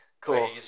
cool